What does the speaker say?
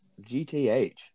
GTH